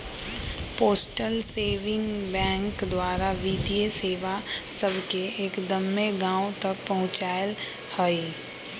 postal saving bank द्वारा वित्तीय सेवा सभके एक्दम्मे गाँव तक पहुंचायल हइ